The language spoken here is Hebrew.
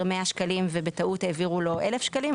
100 שקלים ובטעות העבירו לו 1,000 שקלים,